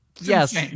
Yes